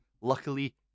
Luckily